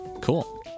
cool